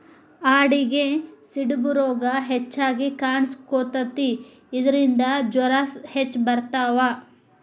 ಆಡಿಗೆ ಸಿಡುಬು ರೋಗಾ ಹೆಚಗಿ ಕಾಣಿಸಕೊತತಿ ಇದರಿಂದ ಜ್ವರಾ ಹೆಚ್ಚ ಬರತಾವ